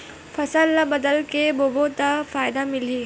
फसल ल बदल के बोबो त फ़ायदा मिलही?